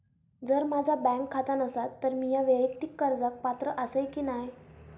जर माझा बँक खाता नसात तर मीया वैयक्तिक कर्जाक पात्र आसय की नाय?